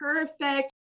perfect